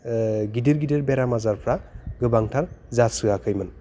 गिदिर गिदिर बेराम आजारफ्रा गोबांथार जास्रोआखैमोन